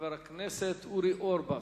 חבר הכנסת אורי אורבך.